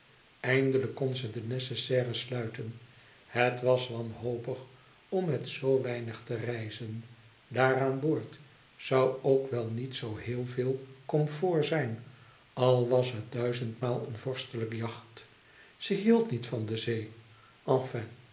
eindelijk kon ze de nécessaire sluiten het was wanhopig om met zoo weinig te reizen daar aan boord zoû ook wel niet zoo heel veel comfort zijn al was het duizendmaal een vorstelijk yacht ze hield niet van de zee enfin